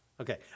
okay